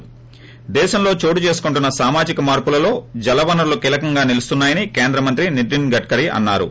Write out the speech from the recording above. ి దేశంలో చోటు చేసుకుంటున్న సామాజిక మార్పులలో జలవనరులు కీలకంగా నిలుస్తున్నా యని కేంద్ర మంత్రి నితిన్ గడ్కరి అన్నా రు